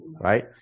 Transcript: right